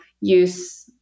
use